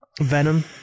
Venom